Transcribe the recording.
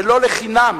ולא לחינם